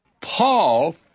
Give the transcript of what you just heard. Paul